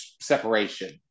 separation